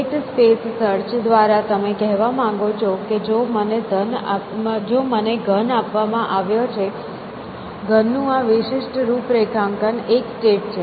state space search દ્વારા તમે કહેવા માગો છો કે જો મને ઘન આપવામાં આવ્યો છે ઘનનું આ વિશિષ્ટ રૂપરેખાંકન એક સ્ટેટ છે